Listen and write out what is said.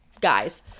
guys